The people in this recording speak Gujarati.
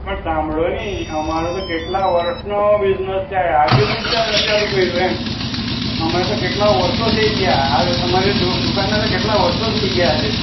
પણ સાંભળોને અમારું તો કેટલા વરસનો બિજનેસ છે આજે જ નથ તે ચા ચાલુ કર્યું એમ અમે તો કેટલા વરસો થઈ ગયા આજ અમારી તો દુકાનને કેટલા વરસો થઈ ગયા આજે